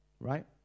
right